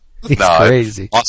Crazy